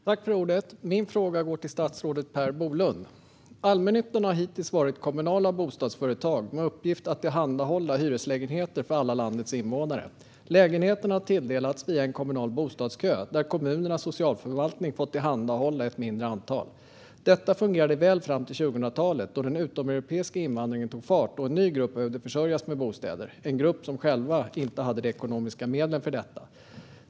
Fru talman! Min fråga går till statsrådet Per Bolund. Allmännyttan har hittills bestått av kommunala bostadsföretag med uppgift att tillhandahålla hyreslägenheter för alla landets invånare. Lägenheterna har tilldelats via en kommunal bostadskö där socialförvaltningen i kommunerna har fått tillhandahålla ett mindre antal lägenheter. Detta fungerade väl fram till 2000-talet då den utomeuropeiska invandringen tog fart och en ny grupp behövde försörjas med bostäder. Det var en grupp som bestod av människor som själva inte hade ekonomiska medel för att skaffa sig en bostad.